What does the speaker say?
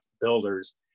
builders